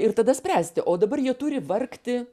ir tada spręsti o dabar jie turi vargti